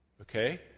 Okay